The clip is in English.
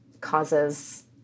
causes